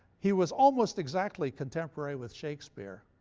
he was almost exactly contemporary with shakespeare,